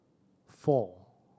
four